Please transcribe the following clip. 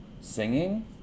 singing